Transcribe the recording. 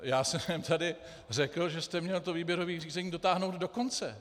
Já jsem tu řekl, že jste měl to výběrové řízení dotáhnout do konce.